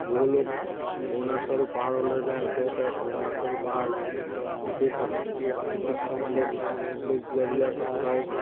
বহু লোক অৰুণাচল পাহাৰলৈ যায় ওচৰতে অৰুণাচল পাহাৰ তাতো পাক প্ৰাকৃতিক সৌন্দচ সৌন্দৰ্যবিলাক চায়